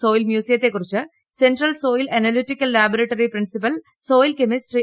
soil മ്യൂസിയത്തെ കുറിച്ച് central soil analytical laboratory principal soil chemist Shri